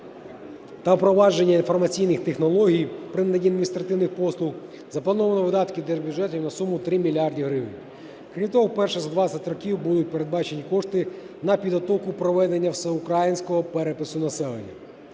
та впровадження інформаційних технологій при наданні адміністративних послуг заплановано видатки держбюджету на суму 3 мільярди гривень. Крім того, вперше за 20 років будуть передбачені кошти на підготовку проведення всеукраїнського перепису населення.